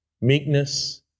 meekness